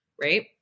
right